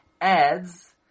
adds